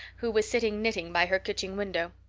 who was sitting knitting by her kitchen window.